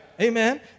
Amen